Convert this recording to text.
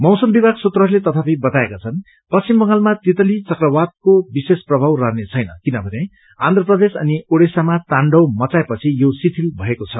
मौसम विभाग सूत्रहरूले तथापि वताएका छन् पश्चिम बंगालमा तितली चक्रवातको विशेष प्रभाव रहने छैन किनभने आन्ध्र प्रदेश अनि ओडिसामा ताण्डव मच्चाए पछि यो कमजोर भएको छ